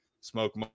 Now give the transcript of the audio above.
smoke